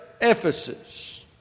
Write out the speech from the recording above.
Ephesus